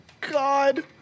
God